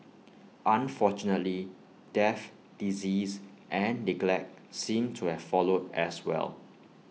unfortunately death disease and neglect seemed to have followed as well